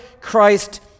Christ